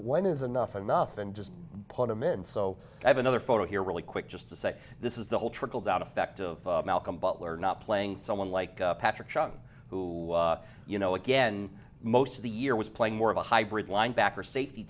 when is enough enough and just put him in so i have another photo here really quick just to say this is the whole trickle down effect of malcolm butler not playing someone like patrick chung who you know again most of the year was playing more of a hybrid linebacker safety